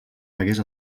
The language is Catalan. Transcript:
hagués